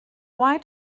why